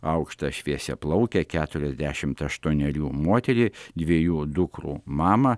aukšta šviesiaplaukė keturiasdešimt aštuonerių moterį dviejų dukrų mamą